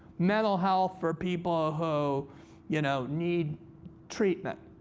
mental health for people who you know need treatment.